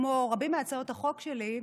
כמו רבות מהצעות החוק שלי,